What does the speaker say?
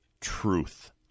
truth